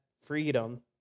freedom